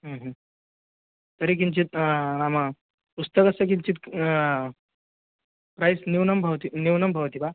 तर्हि किञ्चत् नाम पुस्तकस्य किञ्चित् प्रैस् न्यूनं भवति न्यूनं भवति वा